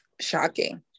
shocking